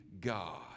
God